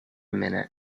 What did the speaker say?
minute